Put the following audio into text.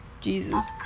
Jesus